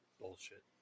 bullshit